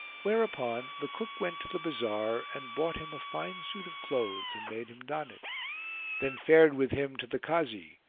whereupon the cook went to the bazar and bought him a fine suit of clothes and made him don it then fared with him to the kazi,